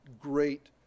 great